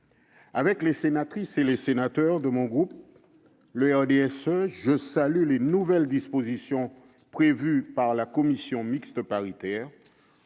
Avec les sénatrices et sénateurs de mon groupe, le RDSE, je salue les nouvelles dispositions prévues par la commission mixte paritaire,